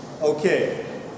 Okay